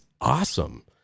awesome